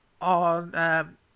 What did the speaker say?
on